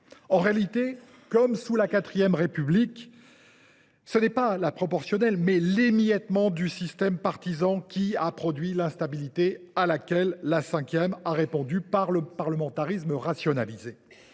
En réalité, comme sous la IV République, c’est non pas la proportionnelle, mais l’émiettement du système partisan qui a produit l’instabilité, à laquelle la V République a répondu par le parlementarisme rationalisé.